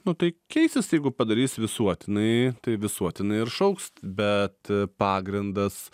nu tai keisis jeigu padarys visuotinai tai visuotinai ir šauks bet pagrindas